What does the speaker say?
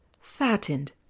fattened